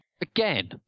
Again